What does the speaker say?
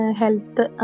health